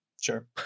Sure